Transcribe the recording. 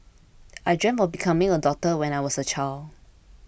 I dreamt of becoming a doctor when I was a child